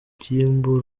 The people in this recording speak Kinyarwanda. urugimbu